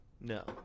No